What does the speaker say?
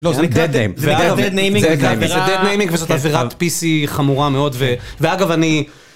לא, זה נקרא Dead Naming, זה נקרא Dead Naming וזאת אווירת PC חמורה מאוד, ואגב אני...